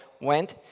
went